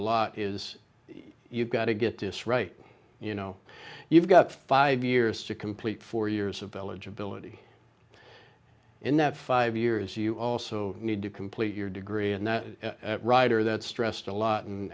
lot is you've got to get this right you know you've got five years to complete four years of eligibility in that five years you also need to complete your degree and that writer that stressed a lot and